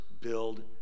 build